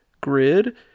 grid